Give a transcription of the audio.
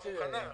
התשובה מוכנה,